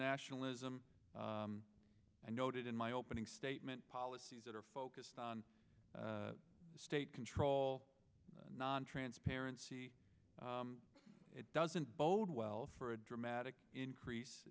nationalism i noted in my opening statement policies that are focused on state control nontransparent it doesn't bode well for a dramatic increase